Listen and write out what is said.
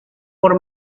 por